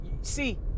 see